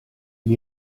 gli